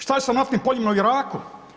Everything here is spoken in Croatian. Što je sa naftnim poljima u Iraku?